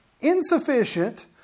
insufficient